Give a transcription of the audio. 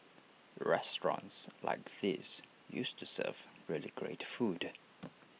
restaurants like these used to serve really great food